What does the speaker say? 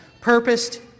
purposed